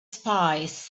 spies